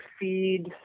feed